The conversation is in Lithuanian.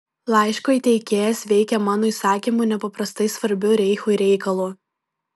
laiško įteikėjas veikia mano įsakymu nepaprastai svarbiu reichui reikalu